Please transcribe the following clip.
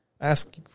Ask